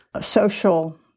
social